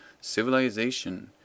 civilization